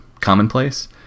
commonplace